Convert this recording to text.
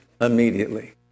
immediately